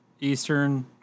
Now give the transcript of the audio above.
eastern